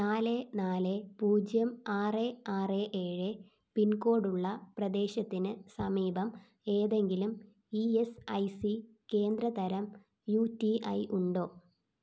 നാല് നാല് പൂജ്യം ആറ് ആറ് ഏഴ് പിൻകോഡ് ഉള്ള പ്രദേശത്തിന് സമീപം ഏതെങ്കിലും ഇ എസ് ഐ സി കേന്ദ്ര തരം യു ടി ഐ ഉണ്ടോ